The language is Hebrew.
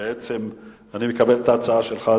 אדוני השר, בעצם, אני מקבל את ההצעה שלך.